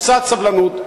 קצת סבלנות,